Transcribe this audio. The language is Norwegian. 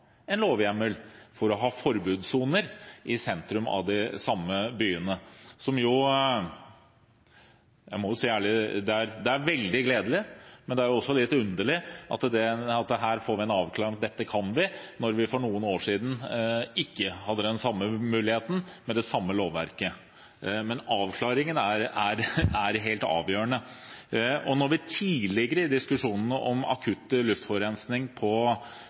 en lovhjemmel for å ha forbudssoner i sentrum av byene. Jeg må ærlig si at det er veldig gledelig, men det er også litt underlig at vi nå får avklart at vi kan det, når vi for noen år siden – med det samme lovverket – ikke hadde den muligheten. Men avklaringen er helt avgjørende. Når vi tidligere i diskusjonene om akutt luftforurensning på